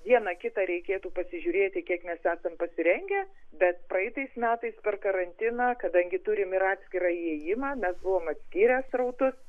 vieną kitą reikėtų pasižiūrėti kiek mes esam pasirengę bet praeitais metais per karantiną kadangi turim ir atskirą įėjimą mes buvom atskyrę srautus